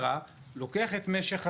לוקח את משך הזמן,